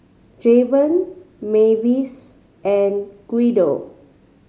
Javon Mavis and Guido